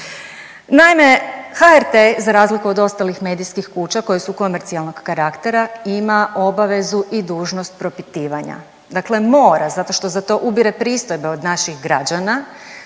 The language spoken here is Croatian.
naime, HRT za razliku od ostalih medijskih kuća koje su komercijalnog karaktera ima obavezu i dužnost propitivanja. Dakle mora zato što za to ubire pristojbe od naših građana